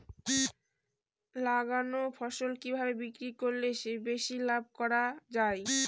লাগানো ফসল কিভাবে বিক্রি করলে বেশি লাভ করা যায়?